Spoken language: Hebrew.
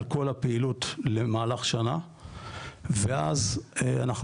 על כל הפעילות למהלך שנה ואז אנחנו